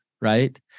Right